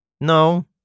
No